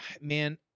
man